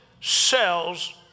cells